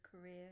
career